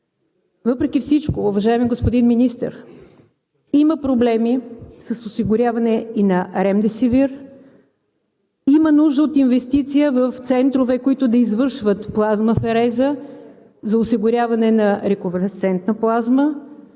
Въпреки всичко, уважаеми господин Министър, има проблеми с осигуряване и на ремдесивир, има нужда от инвестиция в центрове, които да извършват плазмафереза за осигуряване на рековалесцентна плазма